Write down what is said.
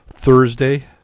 Thursday